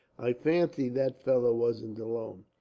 i fancied that fellow wasn't alone.